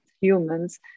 humans